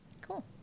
Cool